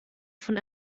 von